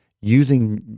using